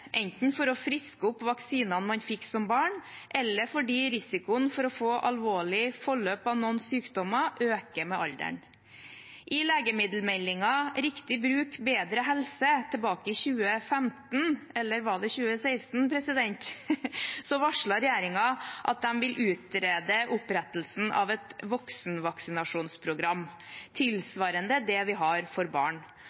enten for å friske opp vaksinene man fikk som barn, eller fordi risikoen for å få alvorlig forløp av noen sykdommer øker med alderen. I Legemiddelmeldingen, Riktig bruk – bedre helse, Meld. St. 28 for 2014–2015, varslet regjeringen at de ville utrede opprettelsen av et voksenvaksinasjonsprogram